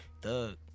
Thug